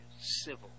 Civil